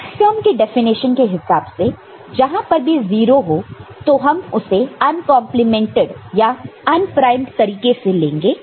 maxterm के definition के हिसाब से जहां पर भी 0 हो तो हम उससे अनकंपलीमेंटेड या अनप्राइमड तरीके से लेंगे